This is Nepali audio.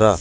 र